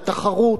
והתחרות.